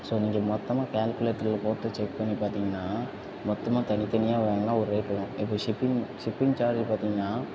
so நீங்கள் மொத்தமாக கால்குலேட்டரில் போட்டு செக் பண்ணி பார்த்தீங்கன்னா மொத்தமாக தனித்தனியாக வாங்கினா ஒரு ரேட் வரும் எவ்ரி ஷிப்பிங் ஷிப்பிங் சார்ஜ்ஜி பார்த்தீங்கன்னா